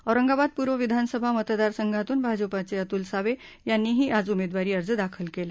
औरंगाबाद पूर्व विधानसभा मतदारसंघातून भाजपाचे अतुल सावे यांनीही आज उमेदवारी अर्ज दाखल केला